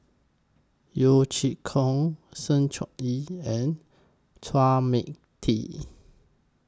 Yeo Chee Kiong Sng Choon Yee and Chua Mia Tee